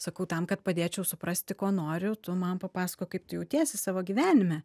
sakau tam kad padėčiau suprasti ko noriu tu man papasakok kaip tu jautiesi savo gyvenime